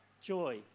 joy